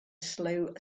slow